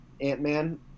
Ant-Man